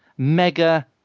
mega